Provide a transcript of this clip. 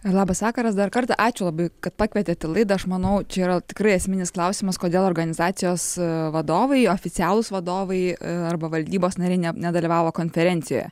labas vakaras dar kartą ačiū labai kad pakvietėt į laidą aš manau čia yra tikrai esminis klausimas kodėl organizacijos vadovai oficialūs vadovai arba valdybos nariai ne nedalyvavo konferencijoje